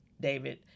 David